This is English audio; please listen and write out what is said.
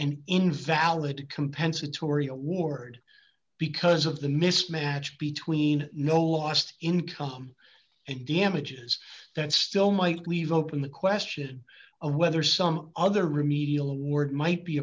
an invalid compensatory award because of the mismatch between no lost income and damages that still might leave open the question of whether some other remedial award might be